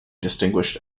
distinguished